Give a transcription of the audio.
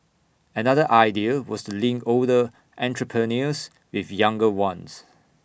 another idea was to link older entrepreneurs with younger ones